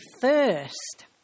first